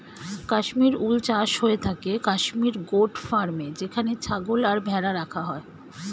Kashmir wool চাষ হয়ে থাকে কাশ্মীর গোট ফার্মে যেখানে ছাগল আর ভেড়া রাখা হয়